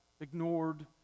ignored